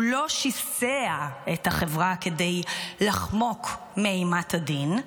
הוא לא שיסע את החברה כדי לחמוק מאימת הדין,